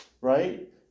right